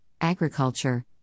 agriculture